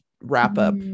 wrap-up